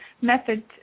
method